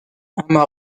اما